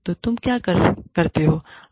तो तुम क्या करते हो